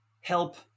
help